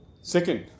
Second